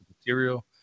material